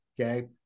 Okay